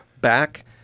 Back